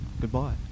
goodbye